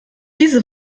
diese